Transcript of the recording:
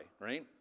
right